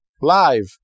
live